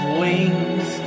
wings